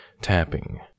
tapping